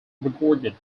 recorded